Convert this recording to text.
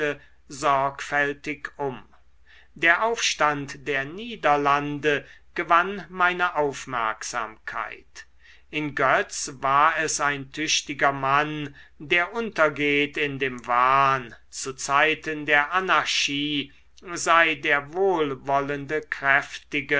sorgfältig um der aufstand der niederlande gewann meine aufmerksamkeit in götz war es ein tüchtiger mann der untergeht in dem wahn zu zeiten der anarchie sei der wohlwollende kräftige